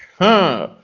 huh.